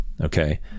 Okay